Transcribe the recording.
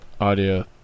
audio